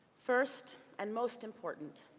first, and most important,